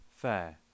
fair